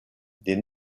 des